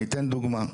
אני אתן דוגמא,